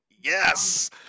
Yes